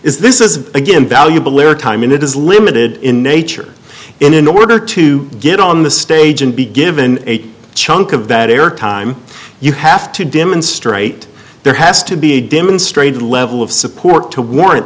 is this is again valuable time and it is limited in nature and in order to get on the stage and be given a chunk of that air time you have to demonstrate there has to be a demonstrated level of support to warrant